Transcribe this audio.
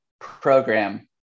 program